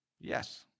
Yes